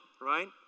right